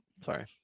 sorry